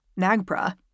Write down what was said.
NAGPRA